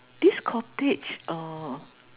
this cottage uh